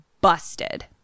busted